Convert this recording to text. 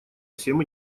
всем